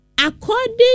According